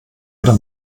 oder